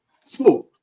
smooth